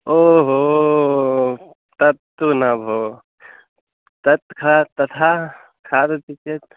ओ हो तत्तु न भोः तत् खाद् तथा खादति चेत्